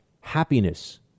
happiness